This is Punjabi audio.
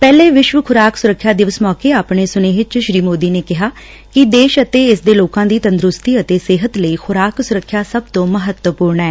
ਪਹਿਲੇ ਵਿਸ਼ਵ ਖੁਰਾਕ ਸੁਰੱਖਿਆ ਦਿਵਸ ਮੌਕੇ ਆਪਣੇ ਸੁਨੇਹੇ ਚ ਸ੍ਰੀ ਮੋਦੀ ਨੇ ਕਿਹਾ ਕਿ ਦੇਸ਼ ਅਤੇ ਇਸ ਦੇ ਲੋਕਾਂ ਦੀ ਤੰਦਰੁਸਤੀ ਅਤੇ ਸਿਹਤ ਲਈ ਖੁਰਾਕ ਸੁਰੱਖਿਆ ਸਭ ਤੋਂ ਮਹੱਤਵਪੁਰਨ ਐ